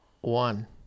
one